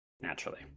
Naturally